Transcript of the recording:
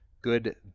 good